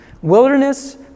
Wilderness